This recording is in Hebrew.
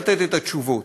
לתת את התשובות.